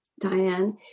Diane